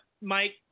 Mike